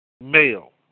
male